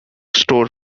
store